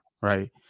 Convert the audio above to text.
right